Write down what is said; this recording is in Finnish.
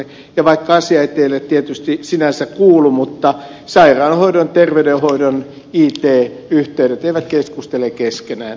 ja vaikka asia ei teille tietysti sinänsä kuulu niin sairaanhoidon ja terveydenhoidon it yhteydet eivät keskustele keskenään